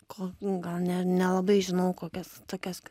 ko nu gal ne nelabai žinau kokias tokias